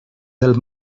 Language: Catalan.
del